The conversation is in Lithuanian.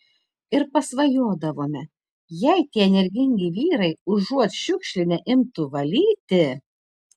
ir pasvajodavome jei tie energingi vyrai užuot šiukšlinę imtų valyti